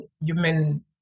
human